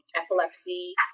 epilepsy